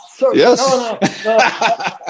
Yes